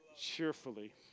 cheerfully